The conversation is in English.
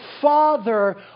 father